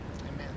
Amen